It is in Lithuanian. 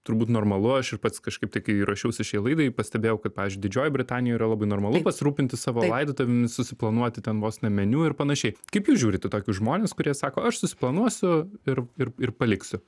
turbūt normalu aš ir pats kažkaip tai kai ruošiausi šiai laidai pastebėjau kad pavyzdžiui didžiojioj britanijoj yra labai normalu pasirūpinti savo laidotuvėmis susiplanuoti ten vos ne meniu ir panašiai kaip jūs žiūrit į tokius žmones kurie sako aš susiplanuosiu ir ir ir paliksiu